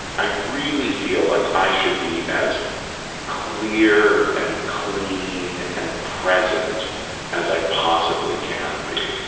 i really feel like i should be as clear and clean and present as i possibly can be.